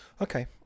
okay